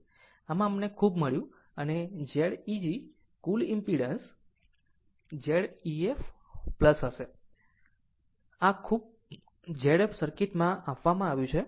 આમ આ અમને ખૂબ મળ્યું હવે Z eg કુલ ઈમ્પીડન્સ Z ef હશે આ ખૂબ Z f સર્કિટમાં આપવામાં આવ્યું છે 1